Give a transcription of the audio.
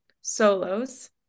solos